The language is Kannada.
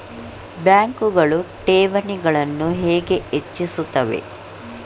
ಬ್ಯಾಂಕುಗಳು ಠೇವಣಿಗಳನ್ನು ಹೇಗೆ ಹೆಚ್ಚಿಸುತ್ತವೆ?